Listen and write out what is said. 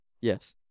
Yes